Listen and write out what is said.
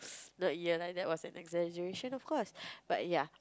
not year lah that was an exaggeration of course but ya